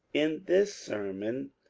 in this sermon,